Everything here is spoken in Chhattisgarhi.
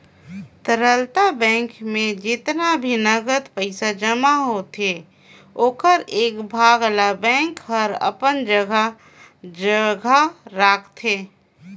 तरलता बेंक में जेतना भी नगदी पइसा जमा होथे ओखर एक भाग ल बेंक हर अपन जघा राखतें